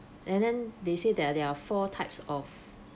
and then they say that there are four types of